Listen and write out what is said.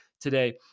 today